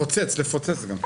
לפוצץ, לפוצץ גם.